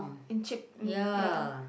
ya